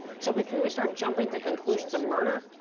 so, before we start jumping to conclusions of murder,